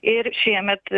ir šiemet